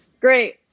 Great